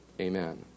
Amen